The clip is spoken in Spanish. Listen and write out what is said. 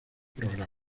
programas